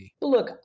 Look